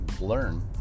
learn